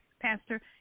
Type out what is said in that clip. Pastor